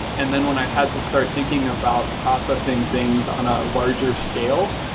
and then when i had to start thinking about processing things on a larger scale,